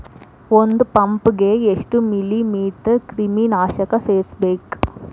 ಒಂದ್ ಪಂಪ್ ಗೆ ಎಷ್ಟ್ ಮಿಲಿ ಲೇಟರ್ ಕ್ರಿಮಿ ನಾಶಕ ಸೇರಸ್ಬೇಕ್?